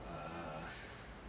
uh